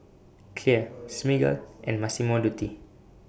Clear Smiggle and Massimo Dutti